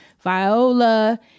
Viola